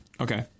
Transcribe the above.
Okay